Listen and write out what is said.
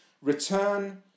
return